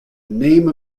name